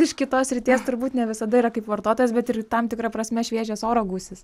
iš kitos srities turbūt ne visada yra kaip vartotojas bet ir tam tikra prasme šviežias oro gūsis